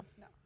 No